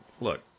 look